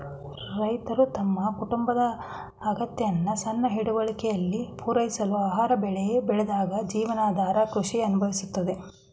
ರೈತರು ತಮ್ಮ ಕುಟುಂಬದ ಅಗತ್ಯನ ಸಣ್ಣ ಹಿಡುವಳಿಲಿ ಪೂರೈಸಲು ಆಹಾರ ಬೆಳೆ ಬೆಳೆದಾಗ ಜೀವನಾಧಾರ ಕೃಷಿ ಸಂಭವಿಸುತ್ತದೆ